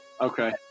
Okay